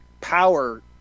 power